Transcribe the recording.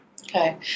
Okay